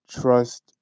trust